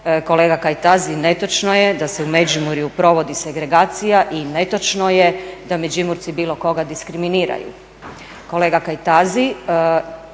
kolega Kajtazi netočno je da se u Međimurju provodi segregacija i netočno je da Međimurci bilo koga diskriminiraju. Kolega Kajtazi